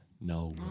No